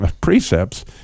precepts